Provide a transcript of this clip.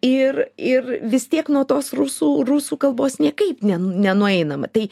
ir ir vis tiek nuo tos rusų rusų kalbos niekaip ne nenueinama tai